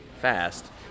fast